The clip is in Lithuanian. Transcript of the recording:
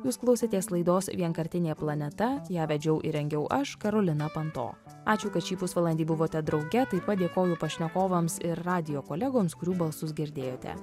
jūs klausėtės laidos vienkartinė planeta ją vedžiau ir rengiau aš karolina panto ačiū kad šį pusvalandį buvote drauge taip pat dėkoju pašnekovams ir radijo kolegoms kurių balsus girdėjote